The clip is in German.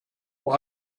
vor